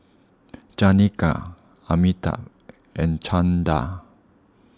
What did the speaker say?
Janaki Amitabh and Chanda